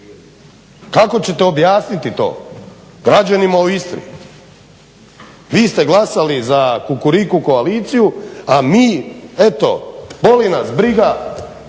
Kako ćete objasniti to građanima u Istri, vi ste glasali za Kukuriku koaliciju a mi eto boli nas briga